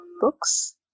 books